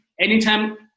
Anytime